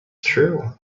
true